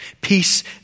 Peace